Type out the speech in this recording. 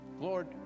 Lord